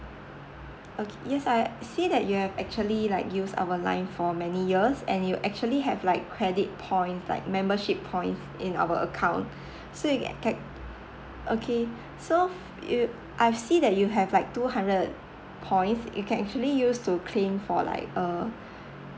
okay yes I see that you have actually like use our line for many years and you actually have like credit points like membership points in our account so you can take okay so you I've see that you have like two hundred points you can actually use to claim for like uh